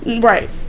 Right